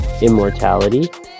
immortality